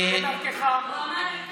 הוא אמר יותר גרוע מזה.